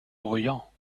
bruyant